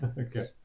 Okay